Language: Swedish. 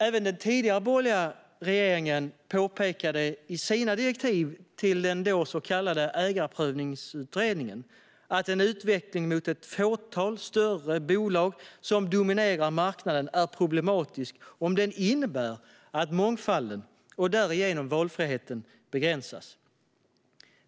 Även den tidigare, borgerliga, regeringen påpekade i sina direktiv till den så kallade Ägarprövningsutredningen att en utveckling mot ett fåtal större bolag som dominerar marknaden är problematisk om den innebär att mångfalden och därigenom valfriheten begränsas.